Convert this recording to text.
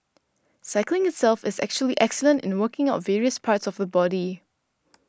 cycling itself is actually excellent in working out various parts of the body